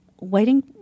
waiting